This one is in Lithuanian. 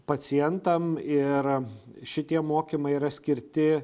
pacientam ir šitie mokymai yra skirti